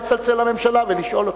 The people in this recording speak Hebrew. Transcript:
נא לצלצל לממשלה ולשאול אותה.